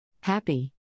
Happy